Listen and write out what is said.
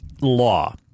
law